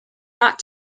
not